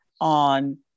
on